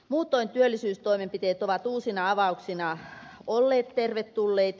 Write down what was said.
muutoin työllisyystoimenpiteet ovat uusina avauksina olleet tervetulleita